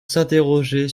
s’interroger